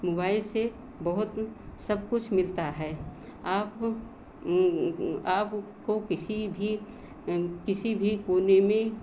mobile से बहुत सब कुछ मिलता है आप आपको किसी भी किसी भी कोने में